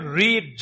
read